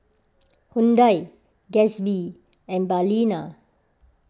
Hyundai Gatsby and Balina